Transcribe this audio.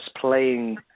playing